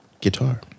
Guitar